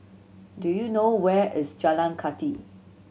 do you know where is Jalan Kathi